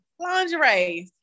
lingerie